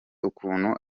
ukuntu